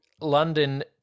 London